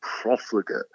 profligate